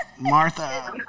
Martha